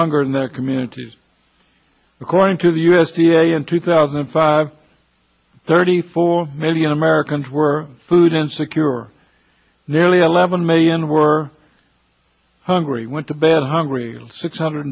hunger in their communities according to the u s d a in two thousand and five thirty four million americans were food insecure nearly eleven million were hungry went to bed hungry six hundred